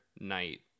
night